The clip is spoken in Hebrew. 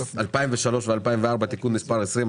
הכספים 2003 ו-2004) (תיקון מס' 20),